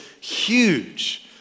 huge